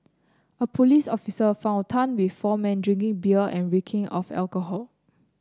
a police officer found Tan with four men drinking beer and reeking of alcohol